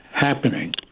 happening